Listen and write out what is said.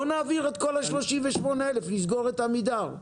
בוא נעביר את כל 38,000 ונסגור את עמידר.